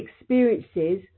experiences